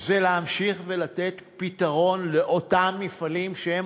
זה להמשיך לתת פתרון לאותם מפעלים שהם